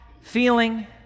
feeling